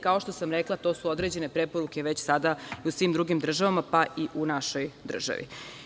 Kao što sam rekla to su određene preporuke već sada u svim drugim državama, pa i u našoj državi.